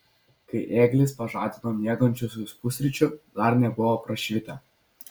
kai ėglis pažadino miegančiuosius pusryčių dar nebuvo prašvitę